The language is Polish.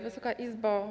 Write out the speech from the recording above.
Wysoka Izbo!